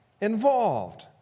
involved